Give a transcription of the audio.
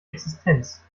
existenz